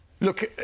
Look